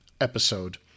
episode